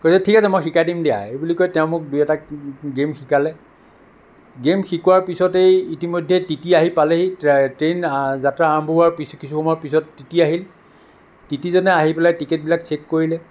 কৈছে ঠিক আছে মই শিকাই দিম দিয়া এই বুলি কৈ তেওঁ মোক দুই এটা গেম শিকালে গেম শিকোৱাৰ পিছতেই ইতিমধ্যে টি টি আহি পালেহি ট্ৰেইন যাত্ৰা আৰম্ভ হোৱাৰ কিছু কিছু সময় পাছত টি টি আহিল টি টি জনে আহি পেলাই টিকেটবিলাক চেক কৰিলে